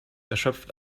erschöpft